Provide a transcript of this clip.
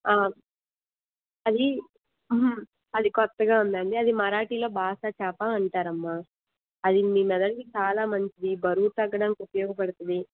అది అది కొత్తగా ఉందండి అది మరాఠీలో బాసా చేప అంటారు అమ్మ అది మీ మెదడుకి చాలా మంచిది బరువు తగ్గడానికి ఉపయోగపడుతుంది